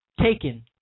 taken